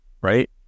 right